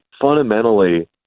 fundamentally